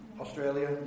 Australia